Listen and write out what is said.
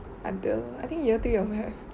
until I think year three I also have